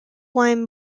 lime